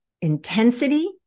intensity